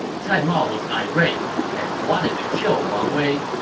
cai mao was irate and wanted to kill wang wei,